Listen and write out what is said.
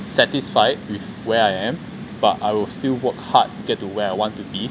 satisfied with where I am but I will still work hard get to where I want to be